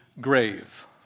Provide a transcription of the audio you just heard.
grave